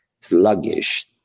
sluggish